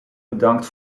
bedankt